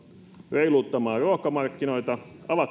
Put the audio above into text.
reiluuttamaan ruokamarkkinoita